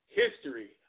history